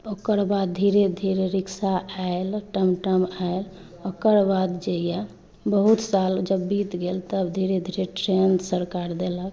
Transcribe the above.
ओकर बाद धीरे धीरे रिक्शा आयल टमटम आयल ओकर बाद जे यऽ बहुत साल जब बीत गेल तब धीरे धीरे ट्रेन सरकार देलक